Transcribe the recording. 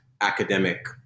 academic